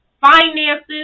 finances